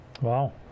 Wow